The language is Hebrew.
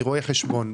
אני רואה-חשבון,